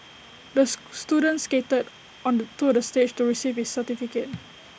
this student skated onto the stage to receive his certificate